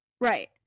Right